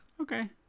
okay